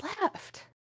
left